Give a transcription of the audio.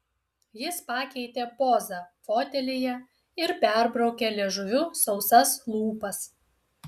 jis pakeitė pozą fotelyje ir perbraukė liežuviu sausas lūpas